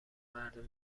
مردم